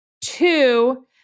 two